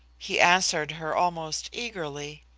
he answered her almost eagerly.